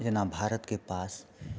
जेना भारतके पास